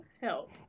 help